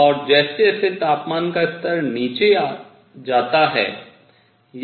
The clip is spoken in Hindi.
और जैसे जैसे तापमान का स्तर नीचे जाता है